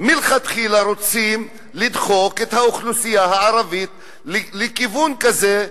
מלכתחילה רוצים לדחוק את האוכלוסייה הערבית לכיוון כזה,